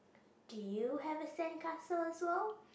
do you have a sandcastle as well